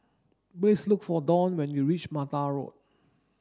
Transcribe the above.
please look for Donn when you reach Mattar Road